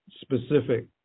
specific